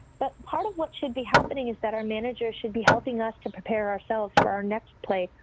but part of what should be happening is that our managers should be helping us to prepare ourselves for our next play,